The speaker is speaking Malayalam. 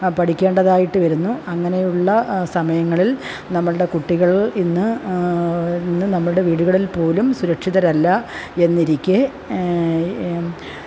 പഠിക്കേണ്ടതായിട്ട് വരുന്നു അങ്ങനെയുള്ള സമയങ്ങളില് നമ്മളുടെ കുട്ടികള് ഇന്ന് ഇന്ന് നമ്മളുടെ വീട്കളില് പോലും സുരക്ഷിതരല്ല എന്നിരിക്കെ